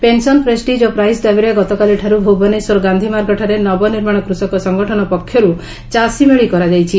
pension ପ୍ରେଷିଜ୍ ଓ price ଦାବିରେ ଗତକାଲିଠାରୁ ଭୁବନେଶ୍ୱର ଗାକ୍ଷି ମାର୍ଗଠାରେ ନବ ନିର୍ମାଣ କୃଷକ ସଂଗଠନ ପକ୍ଷରୁ ଚାଷୀ ମେଳି କରାଯାଇଛି